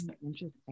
Interesting